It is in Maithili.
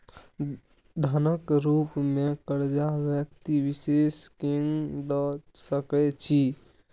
धनक रुप मे करजा व्यक्ति विशेष केँ द सकै छी